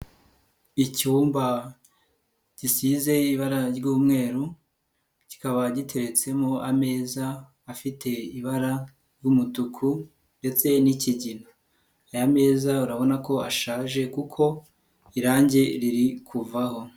Icyumba gisize ibara ry'umweru, kikaba giteretsemo ameza afite ibara ry'umutuku ndetse n'ikigina, aya meza urabona ko ashaje kuko irangi riri kuvaho.